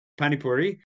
panipuri